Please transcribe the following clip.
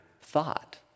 thought